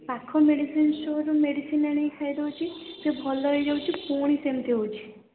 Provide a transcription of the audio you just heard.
ପାଖ ମେଡ଼ିସିନ୍ ଷ୍ଟୋରରୁ ମେଡ଼ିସିନ୍ ଆଣିକି ଖାଇ ଦେଉଛି ସେ ଭଲ ହେଇ ଯାଉଛି ପୁଣି ସେମିତି ହେଉଛି